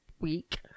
week